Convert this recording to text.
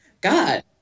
god